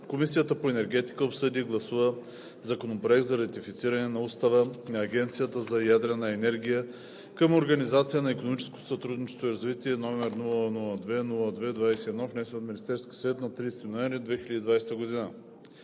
Комисията по енергетика обсъди и гласува Законопроект за ратифициране на Устава на Агенцията за ядрена енергия към Организацията за икономическо сътрудничество и развитие, № 002-02-21, внесен от Министерския съвет на 30 ноември 2020 г.